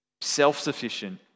Self-sufficient